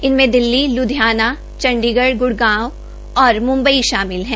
इनमें दिल्ली ल्धियाना चंडीगढ़ ग्रूग्राम और मुम्बई शामिल है